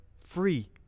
free